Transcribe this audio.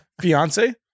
fiance